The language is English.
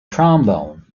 trombone